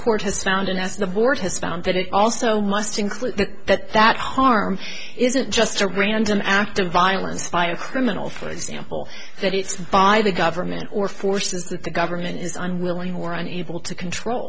court has found as the board has found that it also must include that that harm isn't just a random act of violence by a criminal for example that it's by the government or forces that the government is unwilling or on able to control